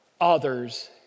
others